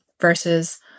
versus